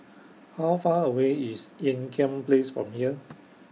How Far away IS Ean Kiam Place from here